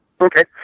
Okay